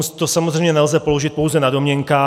To samozřejmě nelze položit pouze na domněnkách.